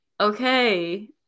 okay